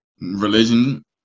religion